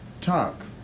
talk